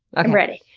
i'm ready!